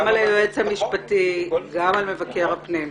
גם על היועץ המשפטי, גם על מבקר הפנים.